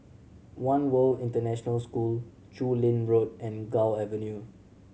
One World International School Chu Lin Road and Gul Avenue